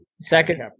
Second